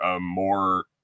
more